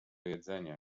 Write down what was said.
jedzenia